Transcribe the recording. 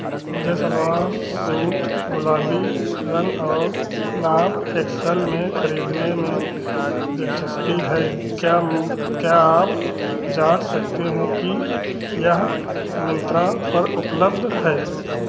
मुझे सलवार सूट गुलाबी रंग और नाप एक्स अल में खरीदने में दिलचस्पी है क्या क्या आप जाँच सकते हैं कि यह मिंत्रा पर उपलब्ध है